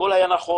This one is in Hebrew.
הכול היה נכון,